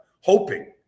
hoping